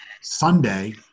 Sunday